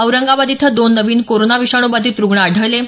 औरंगाबाद इथं दोन नवीन कोरोना विषाणूबाधित रुग्ण आढळले आहेत